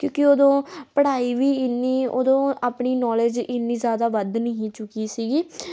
ਕਿਉਂਕਿ ਉਦੋਂ ਪੜ੍ਹਾਈ ਵੀ ਇੰਨੀ ਉਦੋਂ ਆਪਣੀ ਨੌਲੇਜ ਇੰਨੀ ਜ਼ਿਆਦਾ ਵੱਧ ਨਹੀਂ ਚੁੱਕੀ ਸੀਗੀ